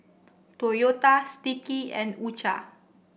Toyota Sticky and U Cha